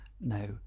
no